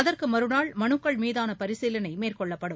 அதற்கு மறுநாள் மனுக்கள் மீதான பரீசிலனை மேற்கொள்ளப்படும்